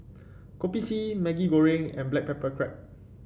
Kopi C Maggi Goreng and Black Pepper Crab